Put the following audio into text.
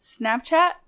Snapchat